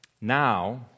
Now